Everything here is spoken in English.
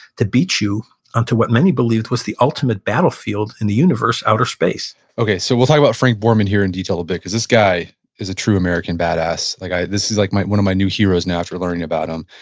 to beat you onto what many believed was the ultimate battlefield in the universe, outer space okay. so we'll talk about frank borman here in detail a bit because this guy is a true american badass. like i, this is like my, one of my new heroes now after learning about him.